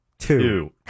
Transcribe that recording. Two